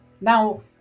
Now